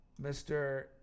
Mr